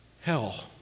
Hell